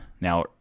Now